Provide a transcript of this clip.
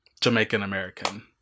Jamaican-American